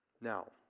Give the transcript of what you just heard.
now